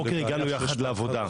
הבוקר הגענו יחד לעבודה.